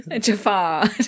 Jafar